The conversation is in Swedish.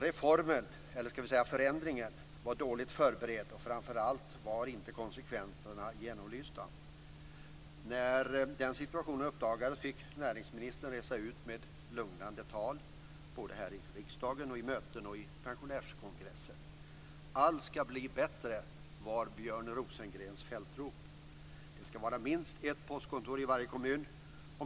Reformen, eller kanske snarare förändringen, var dåligt förberedd. Framför allt var konsekvenserna inte genomlysta. När den situationen uppdagades fick näringsministern resa ut med "lugnande tal" både här i riksdagen och på möten och pensionärskongresser. "Allt ska bli bättre", var Björn Rosengrens fältrop. Det ska vara minst ett postkontor i varje kommun.